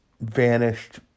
vanished